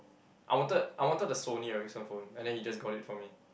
I wanted I wanted the Sony-Ericsson phone and then he just got it for me